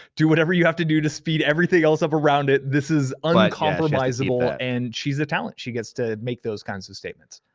do whatever you have to do to speed everything else up around it. this is uncompromisable, and she's the talent. she gets to make those kinds of statements.